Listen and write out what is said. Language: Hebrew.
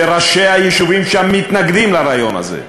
שראשי היישובים שם מתנגדים לרעיון הזה.